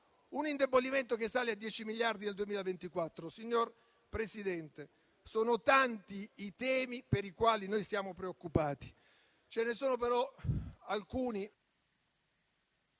un indebitamento che sale a 10 miliardi nel 2024. Signor Presidente, sono tanti i temi per i quali siamo preoccupati.